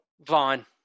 Vaughn